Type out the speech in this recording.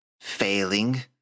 failing